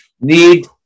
Need